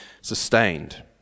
sustained